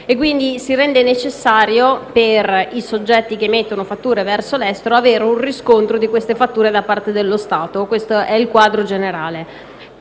quindi necessario per i soggetti che emettono fatture verso l'estero avere un riscontro di tali fatture da parte dello Stato. Questo è il quadro generale.